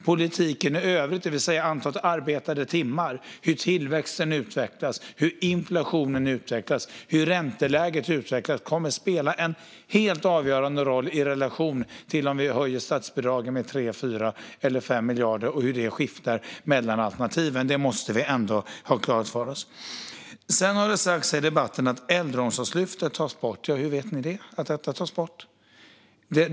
Politiken i övrigt, det vill säga antalet arbetade timmar, hur tillväxten utvecklas, hur inflationen utvecklas och hur ränteläget utvecklas kommer att spela en helt avgörande roll i relation till om vi höjer statsbidragen med 3, 4 eller 5 miljarder och hur det skiftar mellan alternativen. Det måste vi ändå ha klart för oss. Sedan har det sagts här i debatten att Äldreomsorgslyftet tas bort. Hur vet ni att det tas bort?